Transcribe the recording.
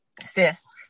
sis